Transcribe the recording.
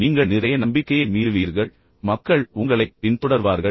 நீங்கள் நிறைய நம்பிக்கையை மீறுவீர்கள் மக்கள் உங்களைப் பின்தொடர்வார்கள்